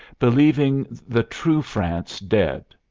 believing the true france dead.